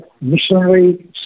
missionary